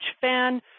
fan